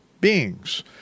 beings